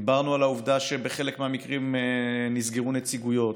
דיברנו על העובדה שבחלק מהמקרים נסגרו נציגויות,